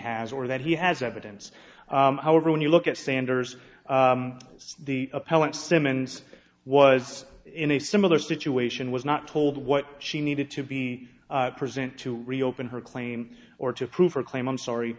has or that he has evidence however when you look at sanders the appellant simmons was in a similar situation was not told what she needed to be present to reopen her claim or to prove her claim i'm sorry